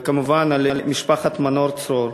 וכמובן על משפחת מנור-צרור.